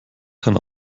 kann